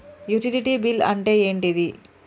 Utility bill అంటే ఏంటిది?